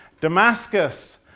Damascus